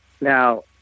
Now